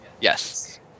Yes